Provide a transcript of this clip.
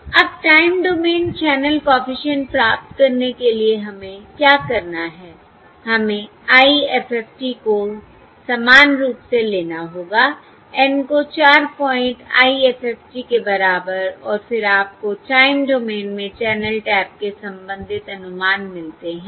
अब time domain channel coefficient प्राप्त करने के लिए हमें क्या करना है हमें IFFT को समान रूप से लेना होगा N को 4 प्वाइंट IFFT के बराबर और फिर आपको टाइम डोमेन में चैनल टैप के संबंधित अनुमान मिलते हैं